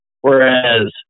Whereas